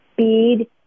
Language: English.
speed